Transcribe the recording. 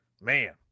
Man